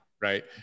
right